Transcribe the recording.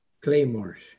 claymores